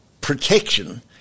protection